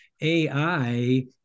AI